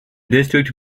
district